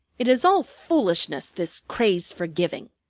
it is all foolishness, this craze for giving.